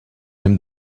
him